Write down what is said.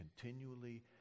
continually